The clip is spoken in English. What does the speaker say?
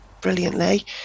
brilliantly